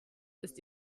ist